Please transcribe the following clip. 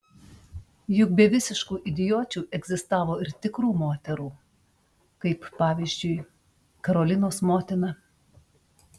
juk be visiškų idiočių egzistavo ir tikrų moterų kaip pavyzdžiui karolinos motina